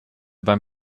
beim